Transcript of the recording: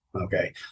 Okay